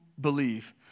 believe